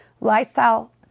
lifestyle